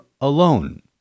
alone